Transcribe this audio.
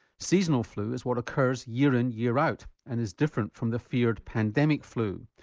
seasonal flu is what occurs year in year out and is different from the feared pandemic flu.